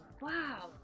Wow